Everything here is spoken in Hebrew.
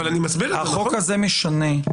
החוק הזה משנה.